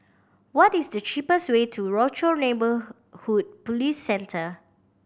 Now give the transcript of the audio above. what is the cheapest way to Rochor Neighborhood Police Centre